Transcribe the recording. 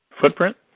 Footprint